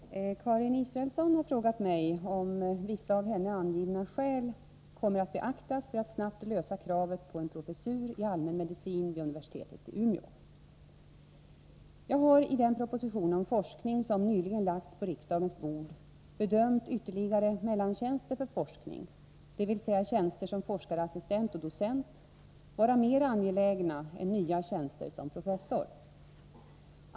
Herr talman! Karin Israelsson har frågat mig om vissa av henne angivna skäl kommer att beaktas för att snabbt tillgodose kravet på en professur i allmänmedicin vid universitetet i Umeå. Jag har i den proposition om forskning som nyligen lagts på riksdagens bord bedömt ytterligare mellantjänster för forskning, dvs. tjänster som forskarassistent och docent, vara mer angelägna än nya tjänster som professor.